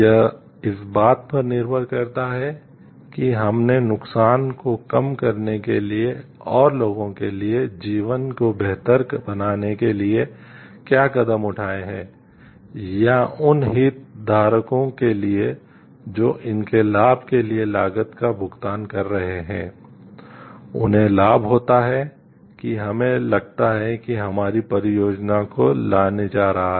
यह इस बात पर निर्भर करता है कि हमने नुकसान को कम करने के लिए और लोगों के लिए जीवन को बेहतर बनाने के लिए क्या कदम उठाए हैं या उन हितधारकों के लिए जो इसके लाभ के लिए लागत का भुगतान कर रहे हैं उन्हें लाभ होता है कि हमें लगता है कि हमारी परियोजना को लाने जा रहा है